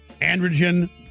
Androgen